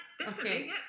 okay